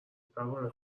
پروانه